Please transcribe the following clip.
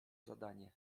zadanie